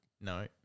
No